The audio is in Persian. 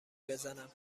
بزنم